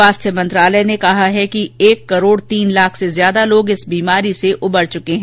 स्वास्थ्य मंत्रालय ने कहा है कि एक करोड तीन लाख से ज्यादा लोग इस संक्रमण से उबर चुके हैं